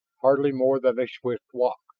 hardly more than a swift walk.